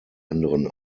anderen